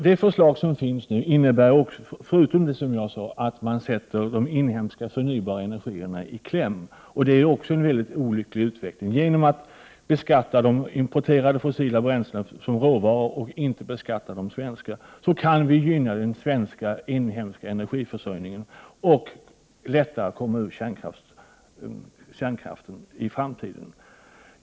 Det förslag som nu ligger innebär också att de inhemska förnybara energikällorna kommer i kläm. Detta är en mycket olycklig utveckling. Genom att beskatta de importerade fossila bränslena som råvaror och inte beskatta de svenska kan vi gynna den svenska inhemska energiförsörjningen och lättare komma bort från kärnkraften i framtiden.